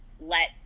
let